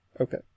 Okay